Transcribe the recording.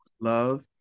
love